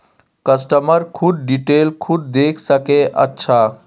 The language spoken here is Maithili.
कस्टमर खुद डिटेल खुद देख सके अच्छा